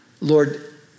Lord